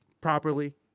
properly